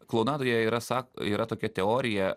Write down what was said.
klounadoje yra yra tokia teorija